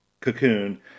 cocoon